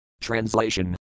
Translation